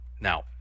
Now